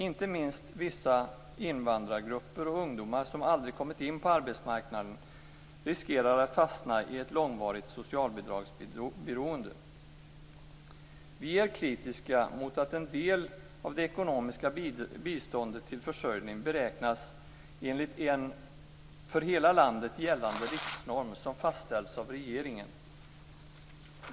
Inte minst vissa invandrargrupper och ungdomar som aldrig kommit in på arbetsmarknaden riskerar att fastna i ett långvarigt socialbidragsberoende. Vi är kritiska mot att en del av det ekonomiska biståndet till försörjning beräknas enligt en för hela landet gällande norm som fastställs av regeringen.